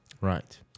Right